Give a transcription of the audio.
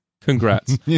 Congrats